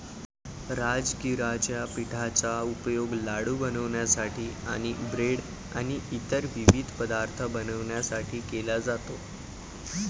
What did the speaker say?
राजगिराच्या पिठाचा उपयोग लाडू बनवण्यासाठी आणि ब्रेड आणि इतर विविध पदार्थ बनवण्यासाठी केला जातो